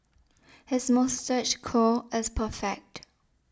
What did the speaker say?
his moustache curl is perfect